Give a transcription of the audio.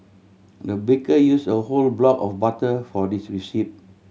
the baker use a whole block of butter for this recipe